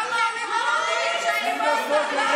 כמה צעקת פה,